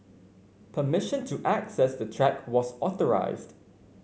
permission to access the track was authorised